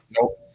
Nope